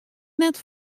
net